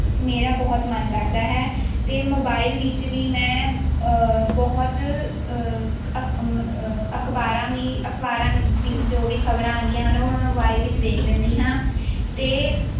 ਮੇਰਾ ਬਹੁਤ ਮਨ ਲੱਗਦਾ ਹੈ ਅਤੇ ਮੋਬਾਈਲ ਵਿੱਚ ਵੀ ਮੈਂ ਬਹੁਤ ਅਖ਼ ਅਖ਼ਬਾਰਾਂ ਵੀ ਅਖਬਾਰਾਂ ਵਿੱਚ ਵਿੱਚ ਜੋ ਵੀ ਖਬਰਾਂ ਆਉਂਦੀਆਂ ਹਨ ਉਹ ਮੈਂ ਮੋਬਾਈਲ ਵਿੱਚ ਦੇਖ ਲੈਂਦੀ ਹਾਂ ਅਤੇ